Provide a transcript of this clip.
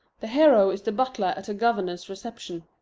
the hero is the butler at a governor's reception.